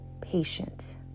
patient